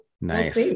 nice